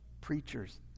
preachers